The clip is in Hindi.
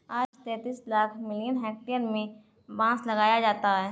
आज तैंतीस लाख मिलियन हेक्टेयर में बांस लगाया जाता है